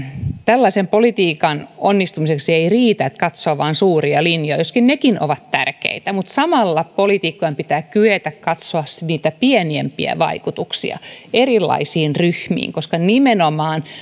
tällaisen politiikan onnistumiseksi ei riitä että katsoo vain suuria linjoja joskin nekin ovat tärkeitä vaan samalla poliitikkojen pitää kyetä katsomaan niitä pienempiä vaikutuksia erilaisiin ryhmiin koska nimenomaan